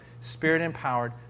Spirit-empowered